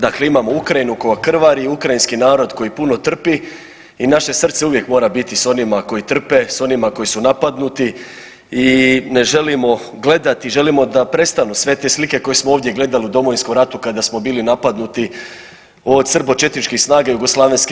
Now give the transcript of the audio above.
Dakle, imamo Ukrajinu koja krvari, ukrajinski narod koji puno trpi i naše srce uvijek mora biti s onima koji trpe, s onima koji su napadnuti i ne želimo gledati, želimo da prestanu sve te slike koje smo ovdje gledali u Domovinskom ratu kada smo bili napadnuti od srbočetničkih snaga JNA.